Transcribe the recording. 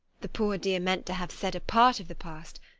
the poor dear meant to have said a part of the past,